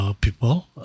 people